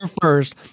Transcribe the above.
first